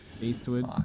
Eastwood